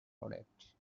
product